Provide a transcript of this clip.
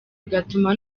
bigatuma